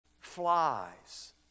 Flies